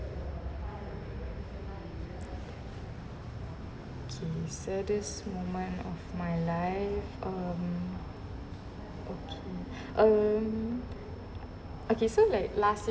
okay saddest moment of my life um okay um okay so like last year